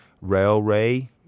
Railway